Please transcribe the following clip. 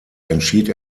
entschied